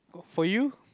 for you